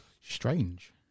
strange